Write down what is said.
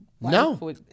no